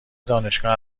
دانشگاه